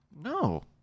No